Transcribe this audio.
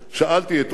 שאלתי את ראש